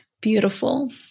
beautiful